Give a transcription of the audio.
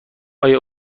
آیا